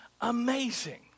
amazing